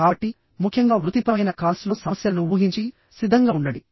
కాబట్టి ముఖ్యంగా వృత్తిపరమైన కాల్స్ లో సమస్యలను ఊహించి సిద్ధంగా ఉండండి